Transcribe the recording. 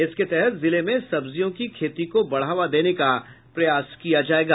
इसके तहत जिले में सब्जियों की खेती को बढ़ावा देने का प्रयास किया जायेगा